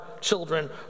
children